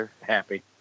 happy